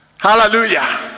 Hallelujah